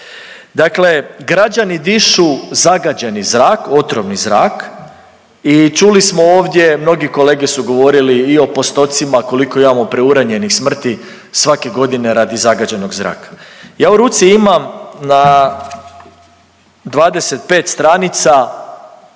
Dakle, građani dišu zagađeni zrak, otrovni zrak i čuli smo ovdje mnogi kolege su govorili i o postocima koliko imamo preuranjenih smrti svake godine radi zagađenog zraka. Ja u ruci imam na 25 stranica,